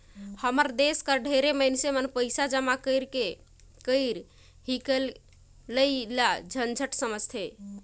हमर देस कर ढेरे मइनसे मन पइसा जमा करई हिंकलई ल झंझट समुझथें